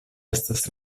estas